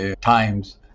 times